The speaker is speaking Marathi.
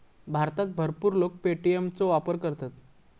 भारतात भरपूर लोक पे.टी.एम चो वापर करतत